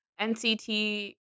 NCT